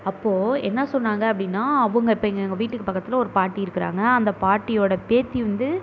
அப்போது என்ன சொன்னாங்க அப்படின்னா அவங்க இப்போ எங்கள் வீட்டுக்கு பக்கத்தில் ஒரு பாட்டி இருக்கிறாங்க அந்த பாட்டியோடய பேத்தி வந்து